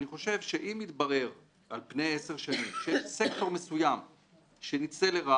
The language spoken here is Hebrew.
אני חושבת שגופים גדולים שיושבים פה,